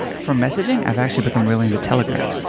for messaging, i've actually become really into telegram.